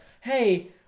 hey